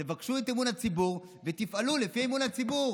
תבקשו את אמון הציבור ותפעלו לפי אמון הציבור